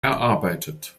erarbeitet